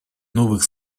новых